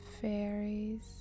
fairies